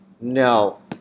No